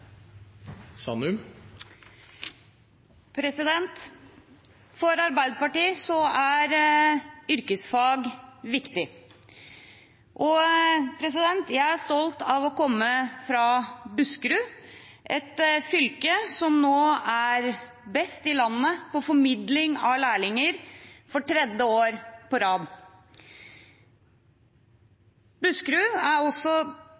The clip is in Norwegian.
yrkesfag viktig, og jeg er stolt av å komme fra Buskerud, et fylke som for tredje år på rad er best i landet på formidling av lærlinger.